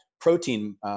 protein